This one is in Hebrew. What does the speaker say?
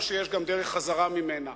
או שיש גם דרך חזרה ממנה.